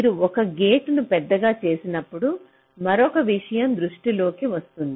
మీరు ఒక గేటును పెద్దగా చేసినప్పుడు మరొక విషయం దృష్టిలోకి వస్తుంది